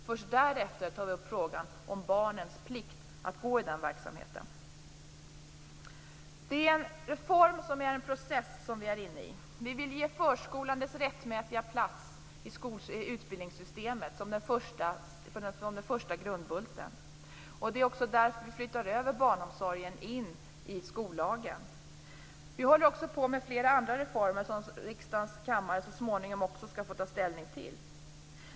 Först därefter tar vi upp frågan om barnens plikt att gå i denna verksamhet. Det en reform som är en process som vi är inne i. Vi vill ge förskolan dess rättmätiga plats som den första grundbulten i utbildningssystemet. Det är också därför vi flyttar över barnomsorgen in i skollagen. Vi håller också på med flera andra reformer som riksdagens kammare så småningom skall få ta ställning till.